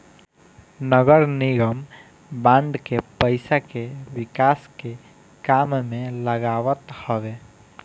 नगरनिगम बांड के पईसा के विकास के काम में लगावत हवे